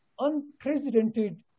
unprecedented